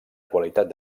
qualitat